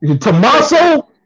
Tommaso